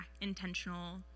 intentional